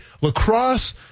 lacrosse